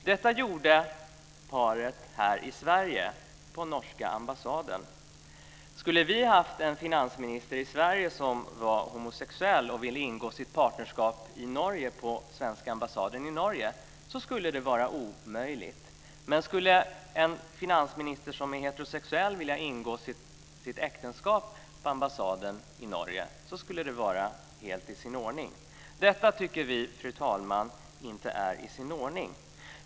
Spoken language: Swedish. Det gjorde paret på norska ambassaden här i Sverige. Om vi i Sverige hade en homosexuell finansminister som ville ingå partnerskap på svenska ambassaden i Norge skulle det vara omöjligt. Men om en heterosexuell finansminister skulle vilja ingå äktenskap på svenska ambassaden i Norge skulle det vara helt i sin ordning. Detta, fru talman, tycker vi inte är i sin ordning.